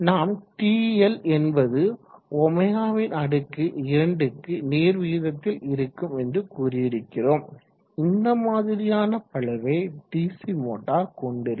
நாம் TL என்பது ω2க்கு நேர் விகிதத்தில் இருக்கும் என்று கூறி இருக்கிறோம் இந்த மாதிரியான பளுவை டிசி மோட்டார் கொண்டிருக்கும்